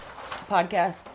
podcast